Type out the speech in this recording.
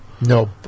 No